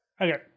Okay